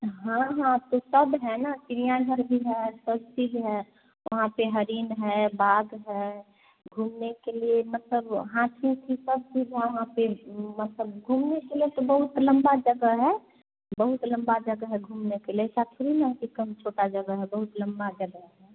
हाँ हाँ तो सब है ना चिड़ियाघर भी है सब चीज़ है वहाँ पर हिरण है बाघ है घूमने के लिए मतलब वहाँ हाथी भी सब चीज़ वहाँ पर मतलब घूमने के लिए तो बहुत लंबी जगह है बहुत लंबी जगह है घूमने के लिए ऐसा थोड़ी ना है कि कम छोटी जगह है बहुत लंबी जगह है